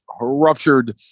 ruptured